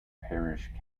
parish